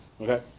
Okay